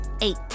eight